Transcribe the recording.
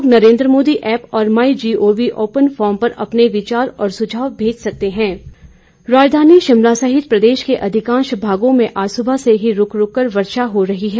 लोग नरेन्द्र मोदी ऐप और my G O V open forum पर अपने विचार और सुझाव भेज सकते मौसम राजधानी शिमला सहित प्रदेश के अधिकांश भागों में आज सुबह से ही रूक रूककर वर्षा हो रही है